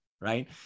Right